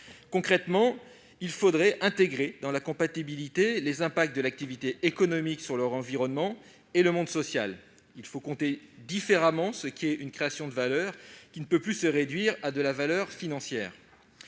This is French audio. Concrètement, il faudrait intégrer dans leur comptabilité les impacts de l'activité économique sur l'environnement et le monde social. Il faut compter différemment ce qu'est une création de valeur, laquelle ne peut plus se réduire à de la valeur financière.